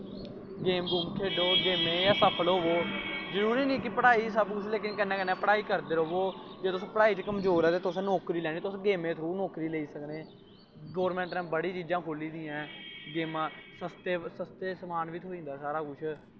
game गूम खेढो गेमें च गै सफल होवो जरूरी निं ऐ कि पढ़ाई गै सब कुछ लेकिन कन्नै कन्नै पढ़ाई करदे र'वो जे तुस पढ़ाई च कमजोर ऐ ते तुसै नौकरी लैनी तुस गेमें थरू नौकरी लेई सकने गौरमैंट ने बड़ी चीजां खोल्ली दियां न गेमां सस्ते समान बी थ्होई जंदा ऐ सब कुछ